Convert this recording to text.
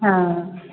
हँ